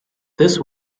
this